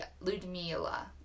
Ludmila